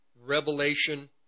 revelation